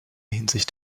hinsicht